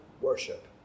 worship